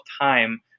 Time